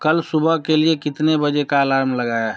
कल सुबह के लिए कितने बजे का अलार्म लगाया है